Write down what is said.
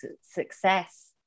success